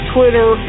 Twitter